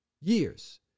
years